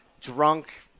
drunk